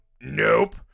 nope